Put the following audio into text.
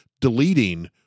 deleting